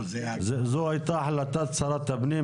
זאת הייתה החלטת שרת הפנים,